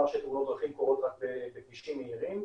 שתאונות דרכים קורות רק בכבישים מהירים.